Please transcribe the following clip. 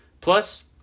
plus